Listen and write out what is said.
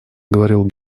говорил